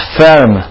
firm